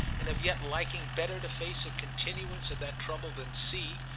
and of yet liking better to face a continuance of that trouble than see,